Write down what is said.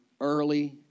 early